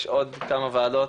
יש עוד כמה וועדות